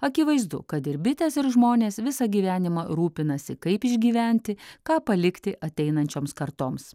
akivaizdu kad ir bitės ir žmonės visą gyvenimą rūpinasi kaip išgyventi ką palikti ateinančioms kartoms